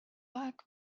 aeg